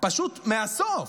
פשוט מהסוף.